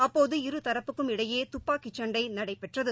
அப்போது இருதரப்புக்கும் இடையேதப்பாக்கிச்சண்டைநடைபெற்றது